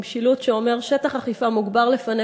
עם שילוט שאומר: שטח אכיפה מוגבר לפניך.